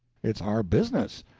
it's our business.